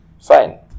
fine